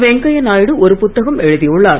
வெங்கய்யா நாயுடு ஒரு புத்தகம் எழுதியுள்ளார்